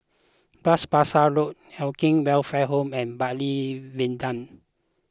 Bras Basah Road Acacia Welfare Home and Bartley Viaduct